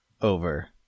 over